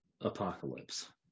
apocalypse